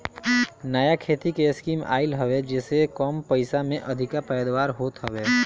नया खेती के स्कीम आइल हवे जेसे कम पइसा में अधिका पैदावार होत हवे